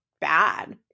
bad